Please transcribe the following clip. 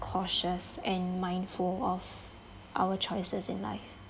cautious and mindful of our choices in life